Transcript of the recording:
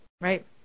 right